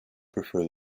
prefer